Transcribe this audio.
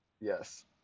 yes